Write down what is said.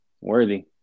worthy